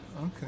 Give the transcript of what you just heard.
Okay